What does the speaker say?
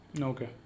Okay